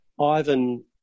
Ivan